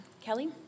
Kelly